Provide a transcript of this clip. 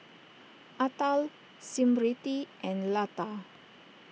Atal Smriti and Lata